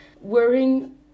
wearing